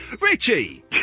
Richie